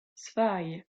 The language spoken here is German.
zwei